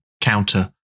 counter